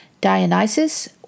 Dionysus